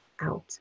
out